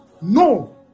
No